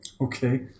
Okay